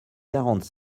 quarante